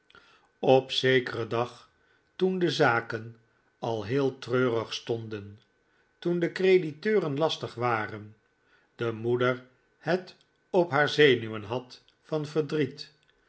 op zekeren dag toen de zaken al heel treurig stonden toen de crediteureri lastig waren de moeder het op haar zenuwen had van verdriet